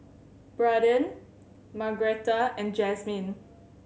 Braden Margretta and Jazmyn